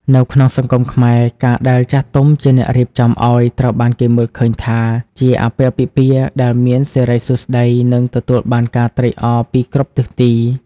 នៅក្នុងសង្គមខ្មែរ ការដែលចាស់ទុំជាអ្នករៀបចំឱ្យ ត្រូវបានគេមើលឃើញថាជា "អាពាហ៍ពិពាហ៍ដែលមានសិរីសួស្តី" និងទទួលបានការត្រេកអរពីគ្រប់ទិសទី។